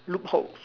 loopholes